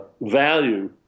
value